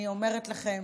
אני אומרת לכם,